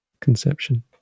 conception